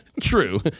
True